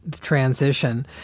transition